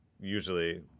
usually